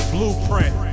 Blueprint